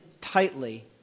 tightly